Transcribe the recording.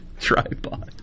Tripod